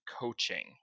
coaching